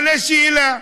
מעלה שאלה.